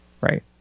right